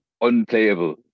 unplayable